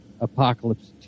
Apocalypse